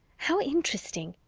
how interesting.